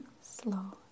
slow